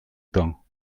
temps